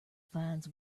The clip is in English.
finds